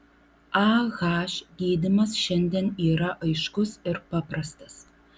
ah gydymas šiandien yra aiškus ir paprastas